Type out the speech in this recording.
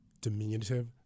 diminutive